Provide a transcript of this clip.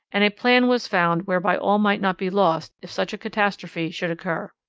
and a plan was found whereby all might not be lost if such a catastrophe should occur.